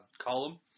column